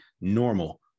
normal